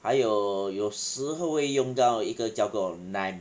还有有时候会用到一个叫个 line